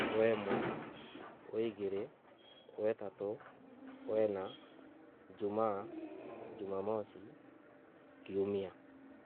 Waimwe. waigiiri. waitatu. wainne. weina. jumaa. jumamosi. kiumia.